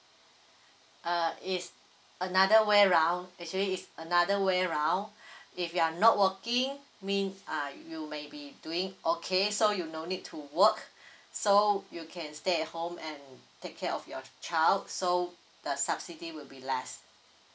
uh it's another way round actually it's another way round if you are not working means uh you maybe doing okay so you no need to work so you can stay at home and take care of your child so the subsidy would be less